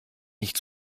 nicht